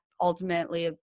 ultimately